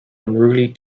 unruly